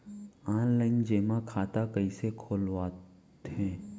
Online जेमा खाता कइसे खोलवाथे?